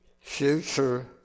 Future